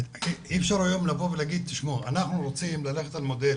אי אפשר היום לומר שאנחנו רוצים ללכת על מודל